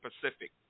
pacific